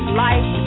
life